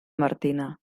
martina